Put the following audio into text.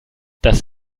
das